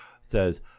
says